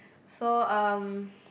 so um